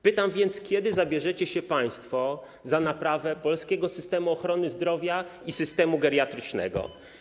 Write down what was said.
Pytam więc, kiedy zabierzecie się państwo za naprawę polskiego systemu ochrony zdrowia i systemu geriatrycznego.